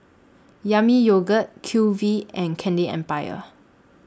Yami Yogurt Q V and Candy Empire